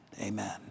amen